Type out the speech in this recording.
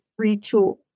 retool